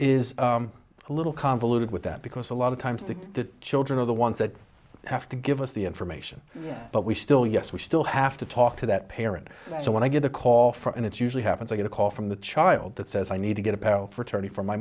a little convoluted with that because a lot of times the children are the ones that have to give us the information but we still yes we still have to talk to that parent so when i get the call from and it usually happens i get a call from the child that says i need to get a fraternity for my